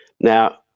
Now